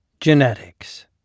Genetics